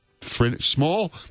Small